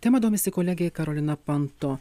tema domisi kolegė karolina panto